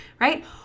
right